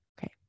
Okay